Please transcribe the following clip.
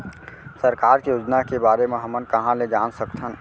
सरकार के योजना के बारे म हमन कहाँ ल जान सकथन?